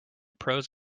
pros